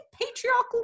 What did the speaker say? patriarchal